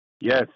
Yes